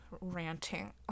ranting